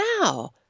now